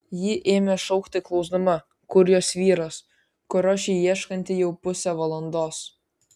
ji ėmė šaukti klausdama kur jos vyras kurio ši ieškanti jau pusę valandos